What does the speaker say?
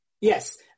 Yes